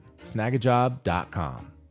snagajob.com